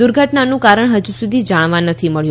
દુર્ઘટનાનું કારણ હજુ સુધી જાણવા નથી મબ્યું